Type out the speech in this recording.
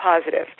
positive